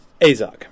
Azog